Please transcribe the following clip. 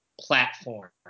platform